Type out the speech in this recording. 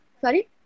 Sorry